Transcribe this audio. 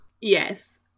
Yes